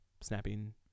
snapping